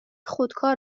خودکار